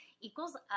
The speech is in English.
Equals